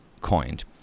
coined